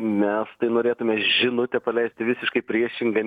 mes tai norėtume žinutę paleisti visiškai priešingą